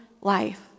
life